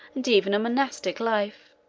and even a monastic, life.